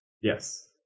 Yes